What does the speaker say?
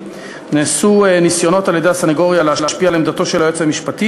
נעשו ניסיונות על-ידי הסנגוריה להשפיע על עמדתו של היועץ המשפטי